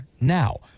now